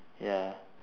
ya